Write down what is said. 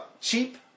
Cheap